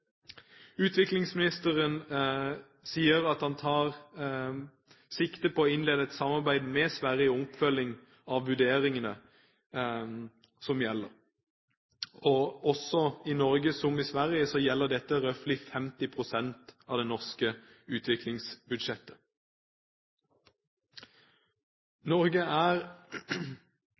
sier at han tar sikte på å innlede et samarbeid med Sverige om oppfølging av vurderingene som gjelder, og i Norge, som i Sverige, gjelder dette roughly 50 pst. av det norske utviklingsbudsjettet. Norge er